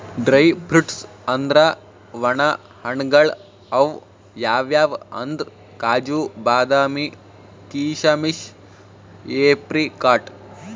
dry fruits ಅಂದ್ರ ವಣ ಹಣ್ಣ್ಗಳ್ ಅವ್ ಯಾವ್ಯಾವ್ ಅಂದ್ರ್ ಕಾಜು, ಬಾದಾಮಿ, ಕೀಶಮಿಶ್, ಏಪ್ರಿಕಾಟ್